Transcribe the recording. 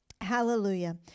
Hallelujah